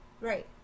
Right